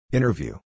Interview